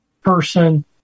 person